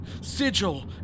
sigil